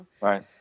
Right